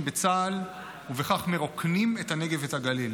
בצה"ל ובכך מרוקנים את הנגב ואת הגליל.